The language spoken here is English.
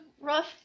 rough